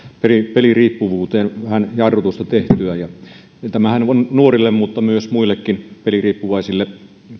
peliriippuvuuteen vähän jarrutusta tehtyä ja tämä lainsäädäntöhän on nuorille mutta myös muille peliriippuvaisille